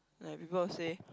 like people will say